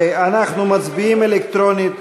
אנחנו מצביעים אלקטרונית